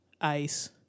Ice